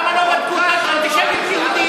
למה לא בדקו את האנטישמיות של היהודים?